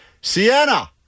Sienna